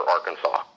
Arkansas